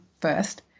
first